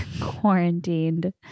quarantined